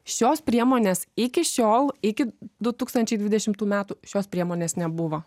šios priemonės iki šiol iki du tūkstančiai dvidešimtų metų šios priemonės nebuvo